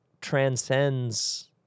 transcends